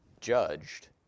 judged